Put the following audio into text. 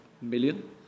million